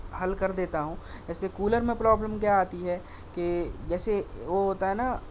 حل کر دیتا ہوں جیسے کولر میں پرابلم کیا آتی ہے کہ جیسے وہ ہوتا ہے نا